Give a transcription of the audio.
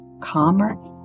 calmer